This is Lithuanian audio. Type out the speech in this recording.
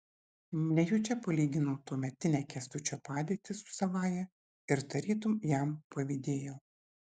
nejučia palyginau tuometinę kęstučio padėtį su savąja ir tarytum jam pavydėjau